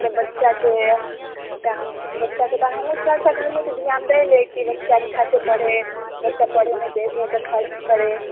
तऽ बच्चाके तऽ हम बच्चाके ओहि तरहसँ घरमे ध्यान दैत नहि छी अच्छासँ पढ़य बच्चा पढ़यमे तेज होइ तऽ फर्स्ट करय